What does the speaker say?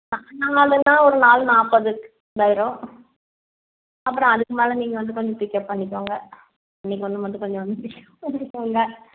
நான் நாலுனா ஒரு நாலு நாற்பதுக்கு இதாயிரும் அப்புறம் அதுக்கு மேலே நீங்கள் வந்து கொஞ்சம் பிக்கப் பண்ணிக்கோங்க இன்னைக்கு வந்து மட்டும் கொஞ்சம் வந்து பிக்கப் பண்ணிக்கோங்க